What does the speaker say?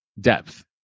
depth